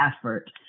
effort